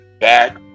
Back